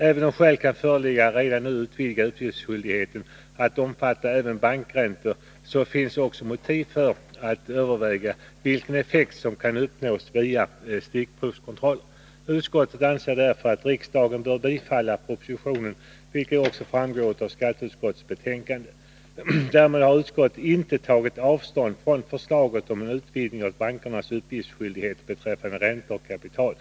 Även om skäl kan föreligga att redan nu utvidga utgiftsskyldigheten till att omfatta även bankräntor, finns också motiv för att överväga vilken effekt som kan uppnås via stickprovskontroller. Utskottet anser därför att riksdagen bör bifalla propositionen, vilket också framgår av skatteutskottets betänkande. Därmed har utskottet inte tagit avstånd från förslaget om en utvidgning av bankernas uppgiftsskyldighet beträffande räntor och kapital.